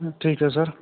ਠੀਕ ਹੈ ਸਰ